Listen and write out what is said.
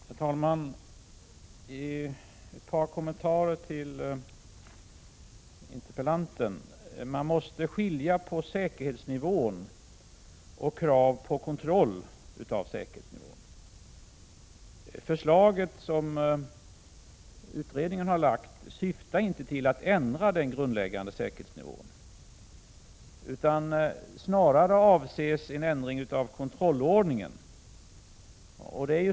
Herr talman! Jag skall göra ett par kommentarer till interpellantens inlägg. Det är skillnad mellan säkerhetsnivån och kraven på kontroll av säkerhetsnivån. Det förslag som utredningen har lagt fram syftar inte till en ändring av den grundläggande säkerhetsnivån, utan snarare avses en ändring av kontrollordningen.